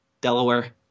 Delaware